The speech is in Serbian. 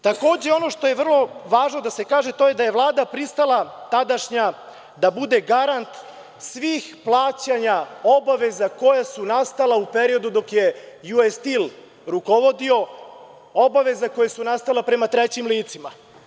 Takođe, ono što je vrlo važno da se kaže, jeste da je Vlada tadašnja pristala da bude garant svih plaćanja obaveza koje su nastale u periodu dok je „US Steel“ rukovodio, obaveze koje su nastale prema trećim licima.